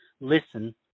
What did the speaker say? listen